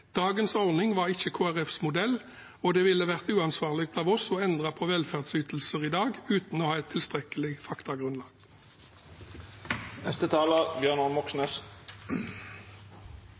Dagens ordning var ikke Kristelig Folkepartis modell, og det ville vært uansvarlig av oss å endre på velferdsytelser i dag uten å ha et tilstrekkelig faktagrunnlag.